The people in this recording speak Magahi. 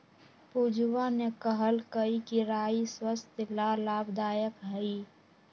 पूजवा ने कहल कई कि राई स्वस्थ्य ला लाभदायक हई